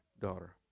daughter